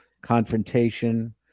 confrontation